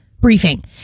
briefing